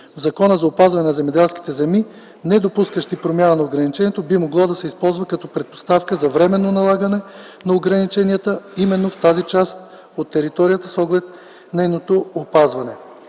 в Закона за опазване на земеделските земи, недопускащи промяна на предназначението, би могло да се използва като предпоставка за временно налагане на ограниченията именно в тази част от територията с оглед нейното опазване.